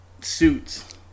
suits